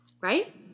Right